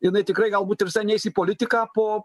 jinai tikrai galbūt ir neis į politiką po